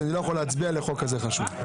שאני לא יכול להצביע לחוק כזה חשוב.